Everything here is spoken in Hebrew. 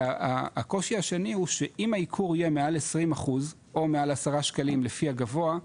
והקושי השני הוא שאם הייקור יהיה מעל 20% או מעל 10 שקלים לפי הגבוה,